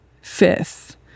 fifth